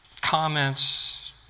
Comments